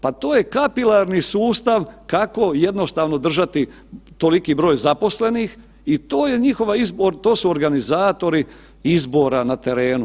Pa to je kapilarni sustav kako jednostavno držati toliki broj zaposlenih i to je njihova izbor, to su organizatori izbora na terenu.